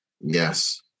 Yes